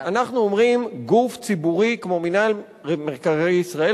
אנחנו אומרים: גוף ציבורי כמו מינהל מקרקעי ישראל,